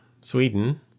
Sweden